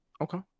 okay